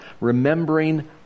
remembering